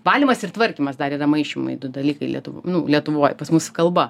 valymas ir tvarkymas dar yra maišymai du dalykai lietuvo nu lietuvoj pas mus kalba